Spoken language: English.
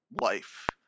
life